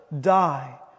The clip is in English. die